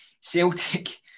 Celtic